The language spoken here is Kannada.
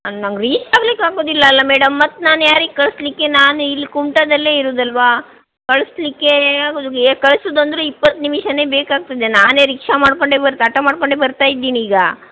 ಅದು ನನ್ಗೆ ರೀಚಾಗಲಿಕ್ಕಾಗೋದಿಲ್ಲ ಅಲ್ಲಾ ಮೇಡಮ್ ಮತ್ತು ನಾನು ಯಾರಿಗೆ ಕಳಿಸಲಿಕ್ಕೆ ನಾನಿಲ್ಲಿ ಕುಮಟಾದಲ್ಲೇ ಇರೋದಲ್ವಾ ಕಳಿಸಲಿಕ್ಕೆ ಆಗೋದಿಲ್ಲ ಈಗ ಕಳಿಸೋದಂದ್ರೆ ಇಪ್ಪತ್ತು ನಿಮಿಷನೇ ಬೇಕಾಗ್ತದೆ ನಾನೇ ರಿಕ್ಷಾ ಮಾಡ್ಕೊಂಡು ಬರ್ತಾ ಆಟೋ ಮಾಡ್ಕೊಂಡು ಬರ್ತಾ ಇದ್ದೀನೀಗ